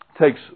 takes